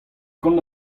kont